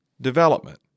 development